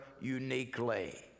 uniquely